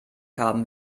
haben